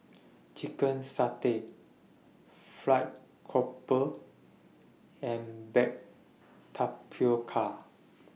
Chicken Satay Fried Grouper and Baked Tapioca